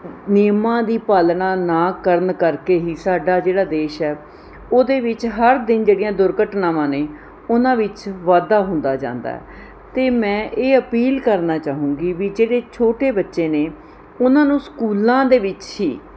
ਨਿਯਮਾਂ ਦੀ ਪਾਲਣਾ ਨਾ ਕਰਨ ਕਰਕੇ ਹੀ ਸਾਡਾ ਜਿਹੜਾ ਦੇਸ਼ ਹੈ ਉਹਦੇ ਵਿੱਚ ਹਰ ਦਿਨ ਜਿਹੜੀਆਂ ਦੁਰਘਟਨਾਵਾਂ ਨੇ ਉਹਨਾਂ ਵਿੱਚ ਵਾਧਾ ਹੁੰਦਾ ਜਾਂਦਾ ਹੈ ਅਤੇ ਮੈਂ ਇਹ ਅਪੀਲ ਕਰਨਾ ਚਾਹੂੰਗੀ ਵੀ ਜਿਹੜੇ ਛੋਟੇ ਬੱਚੇ ਨੇ ਉਹਨਾਂ ਨੂੰ ਸਕੂਲਾਂ ਦੇ ਵਿੱਚ ਹੀ